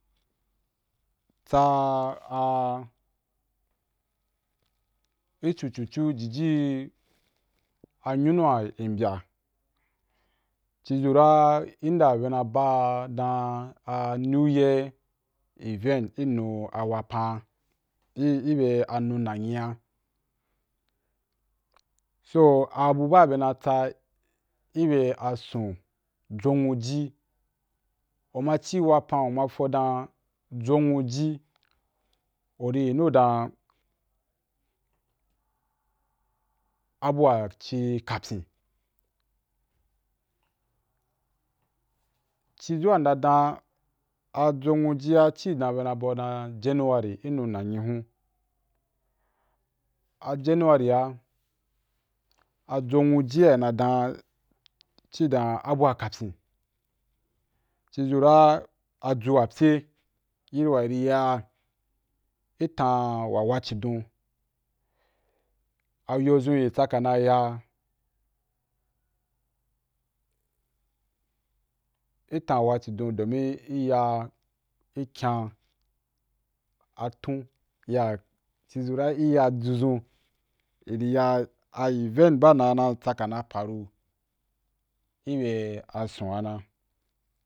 Tsa a i chuchuchu jiji i a nyunu’a i mbya ci zu ra inda be na ba dan a new year event i nu a wapan’ a bi i be nu nanyi’a so abu ba be na tsa i be asond jonwuji, u ma ci wapan u ma fo dan jonwuji uri yinu dan a bua ci kapyin ci za a nna dan a jonwuji ci, dan be na bau dan january i nu nanyi hun, a january’a a jonwujia i na dan ci dan abua kapyin ci zu ra a jo’apyea yi ri wa i ri ya i tan wa wa’a chidon yo zun í tsaka na ya itan wa’a chidon domin i kya a tun ya ci zu ra i ya ju zun i ri ya a event ba na na tsaka na faru i bea a sond a na.